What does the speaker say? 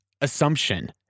assumption